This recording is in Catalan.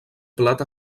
plat